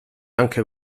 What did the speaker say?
anche